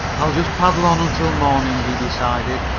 i'll just paddle on until morning, he decided,